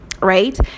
right